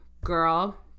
girl